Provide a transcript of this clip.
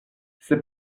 c’est